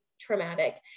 traumatic